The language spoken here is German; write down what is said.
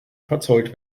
verzollt